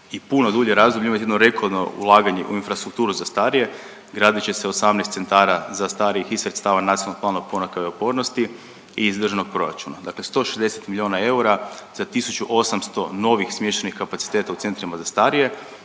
i puno dulje razdoblje, imati jedno rekordno ulaganje u infrastrukturu za starije. Gradit će se 18 centara za starije iz sredstava Nacionalnog plana oporavka i otpornosti i iz državnog proračuna. Dakle 160 milijuna eura za 1800 novih smještajnih kapaciteta u centrima za starije,